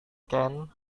ken